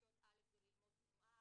בכיתות א' זה ללמוד תנועה,